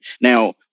Now